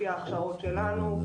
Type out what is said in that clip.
לפי ההכשרות שלנו.